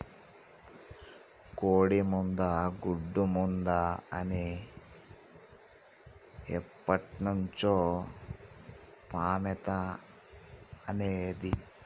కోడి ముందా, గుడ్డు ముందా అని ఎప్పట్నుంచో సామెత అనేది